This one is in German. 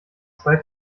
zwei